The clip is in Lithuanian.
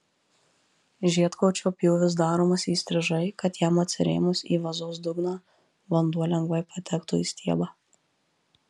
žiedkočio pjūvis daromas įstrižai kad jam atsirėmus į vazos dugną vanduo lengvai patektų į stiebą